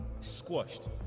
Squashed